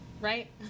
Right